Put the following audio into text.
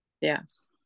Yes